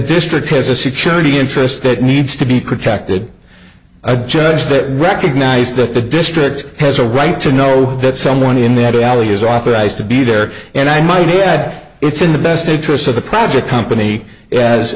district has a security interest that needs to be protected i judged it recognized that the district has a right to know that someone in that alley is authorized to be there and i might add it's in the best interests of the clans a company as